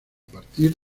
partir